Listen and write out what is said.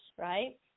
right